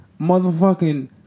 motherfucking